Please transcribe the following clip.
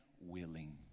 willing